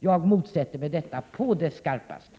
Jag motsätter mig detta på det skarpaste.